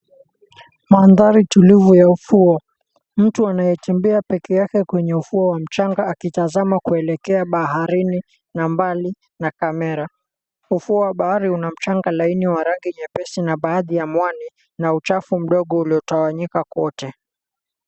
Mandari tulivu ya ufuo. Mtu anayetembea pekee yake kwenye ufuo wa mchanga akitazama kuelekea baharini na mbali na kamera. Ufuo wa bahari una mchanga laini wa rangi nyepesi na baadhi ya muani na uchafu mdogo uliotawanyika kwote.